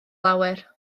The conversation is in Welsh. lawer